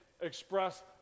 Express